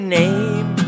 name